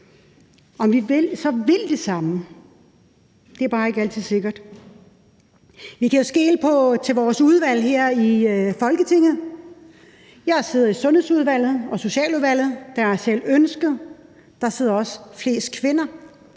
Om vi så vil det samme, er bare ikke altid sikkert. Vi kan jo skele til vores udvalg her i Folketinget. Jeg sidder i Sundhedsudvalget og Socialudvalget. Det har jeg selv ønsket. Der sidder også flest kvinder.